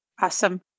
Awesome